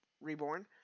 reborn